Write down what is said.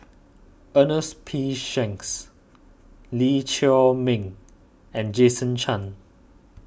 Ernest P Shanks Lee Chiaw Meng and Jason Chan